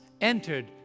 entered